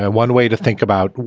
ah one way to think about,